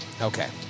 Okay